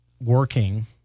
working